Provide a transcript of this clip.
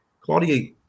Claudia